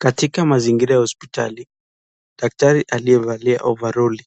Katika mazingira ya hospitali daktari aliyevalia ovaroli,